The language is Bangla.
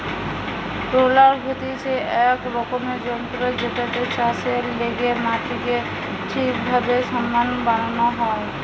রোলার হতিছে এক রকমের যন্ত্র জেটাতে চাষের লেগে মাটিকে ঠিকভাবে সমান বানানো হয়